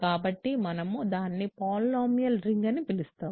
కాబట్టి మనము దానిని పాలినామియల్ రింగ్ అని పిలుస్తాము